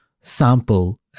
sample